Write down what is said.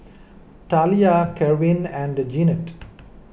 Talia Kerwin and Jeanette